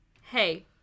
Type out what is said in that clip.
Hey